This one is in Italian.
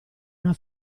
una